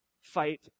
Fight